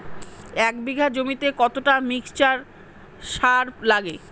এক বিঘা জমিতে কতটা মিক্সচার সার লাগে?